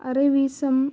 அரைவீசம்